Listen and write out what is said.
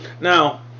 Now